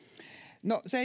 no kun se